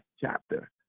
chapter